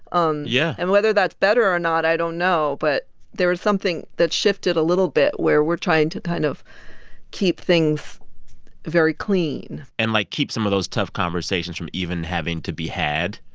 um yeah and whether that's better or not, i don't know. but there was something that shifted a little bit where we're trying to kind of keep things very clean. and, like, keep some of those tough conversations from even having to be had.